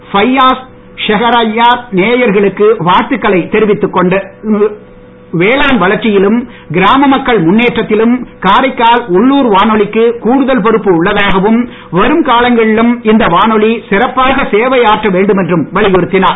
ஃபாய்யாஸ் ஷெஹெர்யார் நேயர்களுக்கு தெரிவித்துக் வாழ்த்துக்களை கொண்டு வேளாண் வளர்ச்சியிலும் கிராம மக்கள் முன்னேற்றத்திலும் காரைக்கால் உள்ளூர் வானொலிக்கு கூடுதல் பொறுப்பு உள்ளதாகவும் வரும் காலங்களிலும் இந்த வானொலி சிறப்பாக சேவையாற்ற வேண்டும் என்றும் வலியுறுத்தினார்